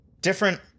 different